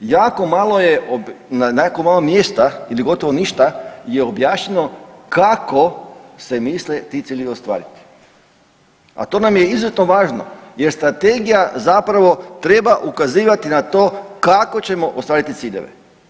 Jako malo je, na jako malo mjesta ili gotovo ništa je objašnjeno kako se misle ti ciljevi ostvariti, a to nam je izuzeto važno jer Strategija zapravo treba ukazivati na to kako ćemo ostvariti ciljeve.